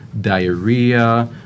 diarrhea